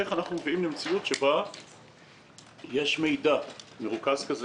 איך אנחנו מביאים למציאות שבה יש מידע מרוכז כזה?